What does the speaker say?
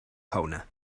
fauna